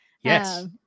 yes